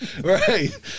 right